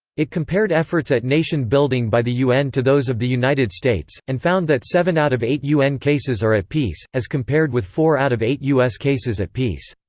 it compared efforts at nation-building by the un to those of the united states, and found that seven out of eight un cases are at peace, as compared with four out of eight us cases at peace.